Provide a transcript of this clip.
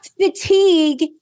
Fatigue